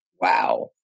Wow